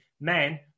man